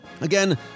Again